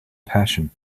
passion